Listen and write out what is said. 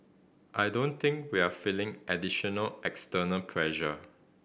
I don't think we're feeling additional external pressure